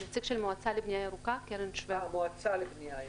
נציג של המועצה לבנייה ירוקה.